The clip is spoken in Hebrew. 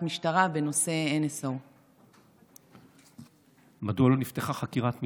משטרה בנושא NSO. מדוע לא נפתחה חקירת משטרה?